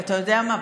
ואתה יודע מה,